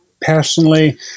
personally